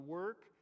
work